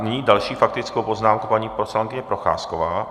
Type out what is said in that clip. Nyní s další faktickou poznámkou paní poslankyně Procházková.